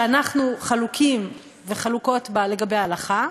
שאנחנו חלוקים וחלוקות בה, לגבי ההלכה,